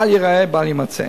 בל ייראה ובל יימצא.